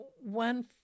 one